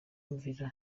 myumvire